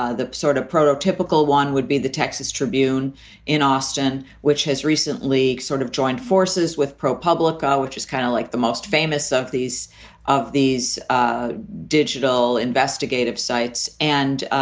ah the sort of prototypical one would be the texas tribune in austin, which has recently sort of joined forces with propublica, which is kind of like the most famous of these of these ah digital investigative sites. and